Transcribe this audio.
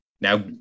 Now